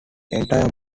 entire